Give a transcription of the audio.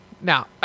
Now